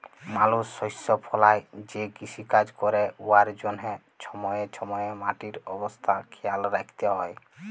মালুস শস্য ফলাঁয় যে কিষিকাজ ক্যরে উয়ার জ্যনহে ছময়ে ছময়ে মাটির অবস্থা খেয়াল রাইখতে হ্যয়